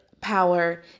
power